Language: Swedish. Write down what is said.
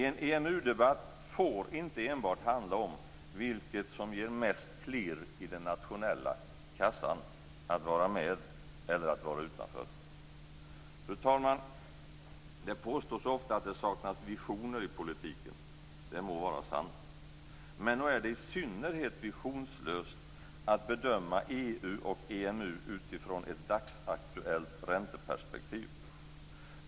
En EMU-debatt får inte enbart handla om vilket som ger mest klirr i den nationella kassan, att vara med eller att vara utanför. Fru talman! Det påstås ofta att det saknas visioner i politiken. Det må vara sant. Men nog är det i synnerhet visionslöst att bedöma EU och EMU utifrån ett dagsaktuellt ränteperspektiv?